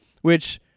Which-